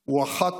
הוא אחת